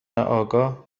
آگاه